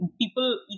people